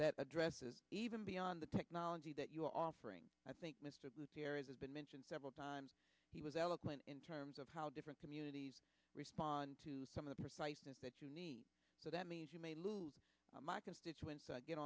that addresses even beyond the technology that you're offering i think mr gutierrez has been mentioned several times he was eloquent in terms of how different communities respond to some of the preciseness that you need so that means you may lose my constituents get